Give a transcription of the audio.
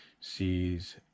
sees